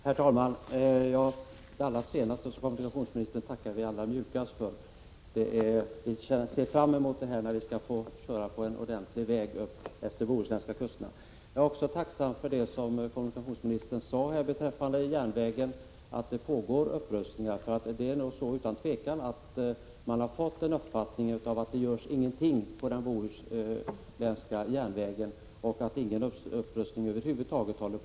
Herr talman! Det allra sista som kommunikationsministern sade tackar vi | allra mjukast för. Vi ser fram emot att få köra på en ordentlig väg uppför bohuslänska kusten. Jag är också tacksam över det som kommunikationsministern sade här beträffande järnvägen, nämligen att det pågår en upprust | ning. Utan tvivel är det så, att man har fått uppfattningen att ingenting görs 115 när det gäller den bohuslänska järnvägen och att ingen upprustning över huvud taget pågår.